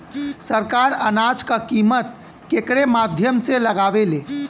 सरकार अनाज क कीमत केकरे माध्यम से लगावे ले?